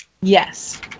Yes